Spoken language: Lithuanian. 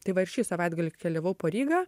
tai va ir šį savaitgalį keliavau po rygą